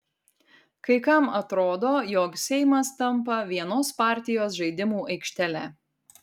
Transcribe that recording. kai kam atrodo jog seimas tampa vienos partijos žaidimų aikštele